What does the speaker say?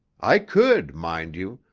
i could, mind you,